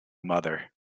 mother